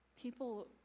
people